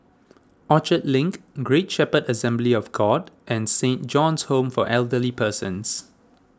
Orchard Link Great Shepherd Assembly of God and Saint John's Home for Elderly Persons